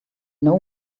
know